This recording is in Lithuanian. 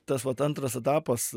tas vat antras etapas